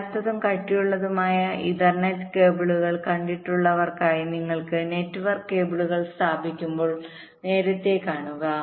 നേർത്തതും കട്ടിയുള്ളതുമായ ഇഥർനെറ്റ് കേബിളുകൾ കണ്ടിട്ടുള്ളവർക്കായി നിങ്ങൾ നെറ്റ്വർക്ക് കേബിളുകൾ സ്ഥാപിക്കുമ്പോൾ നേരത്തെ കാണുക